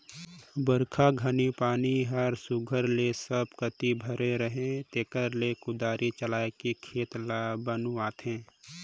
बरिखा घनी पानी हर सुग्घर ले सब कती भरे रहें तेकरे ले कुदारी चलाएके खेत ल बनुवाथे